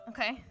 Okay